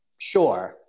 Sure